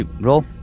roll